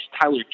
Tyler